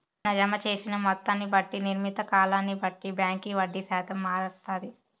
మన జమ జేసిన మొత్తాన్ని బట్టి, నిర్ణీత కాలాన్ని బట్టి బాంకీ వడ్డీ శాతం మారస్తాది